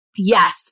Yes